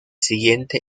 siguiente